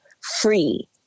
free